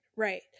Right